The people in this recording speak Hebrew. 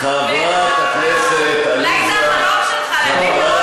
ונשים --- חברת הכנסת עליזה לביא,